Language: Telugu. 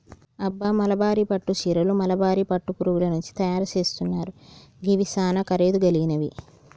అబ్బ మల్బరీ పట్టు సీరలు మల్బరీ పట్టు పురుగుల నుంచి తయరు సేస్తున్నారు గివి సానా ఖరీదు గలిగినవి